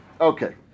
Okay